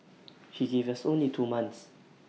he gave us only two months